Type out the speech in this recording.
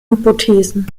hypothesen